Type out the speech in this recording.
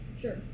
Sure